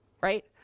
right